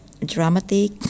Dramatic